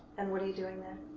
and what are you doing there?